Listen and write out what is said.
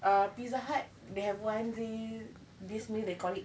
uh pizza hut they have one day this meal they call it